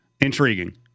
intriguing